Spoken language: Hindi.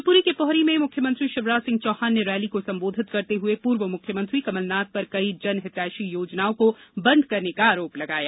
शिवपुरी के पोहरी में मुख्यमंत्री शिवराज सिंह चौहान ने रैली को संबोधित करते हुए पूर्व मुख्यमंत्री कमलनाथ पर कई जनहितेषी योजनाओं को बन्द करने का आरोप लगाया